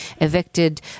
evicted